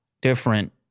different